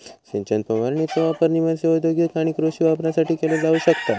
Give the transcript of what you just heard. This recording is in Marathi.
सिंचन फवारणीचो वापर निवासी, औद्योगिक आणि कृषी वापरासाठी केलो जाऊ शकता